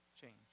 change